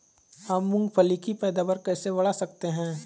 हम मूंगफली की पैदावार कैसे बढ़ा सकते हैं?